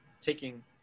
taking